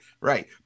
Right